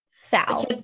sal